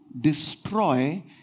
destroy